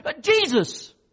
Jesus